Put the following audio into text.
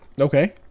Okay